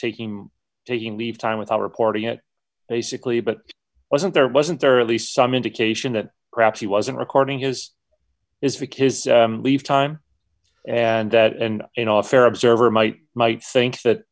taking taking leave time without reporting it basically but wasn't there wasn't there at least some indication that perhaps he wasn't recording his is because leave time and that and an off air observer might might think that